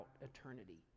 eternity